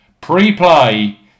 Pre-play